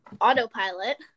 Autopilot